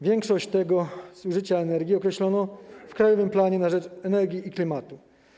Większość tego zużycia energii określono w „Krajowym planie na rzecz energii i klimatu”